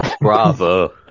Bravo